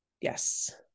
Yes